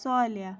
صالحہ